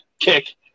kick